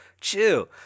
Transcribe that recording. chill